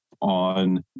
on